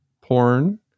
porn